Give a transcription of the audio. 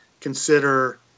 consider